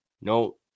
No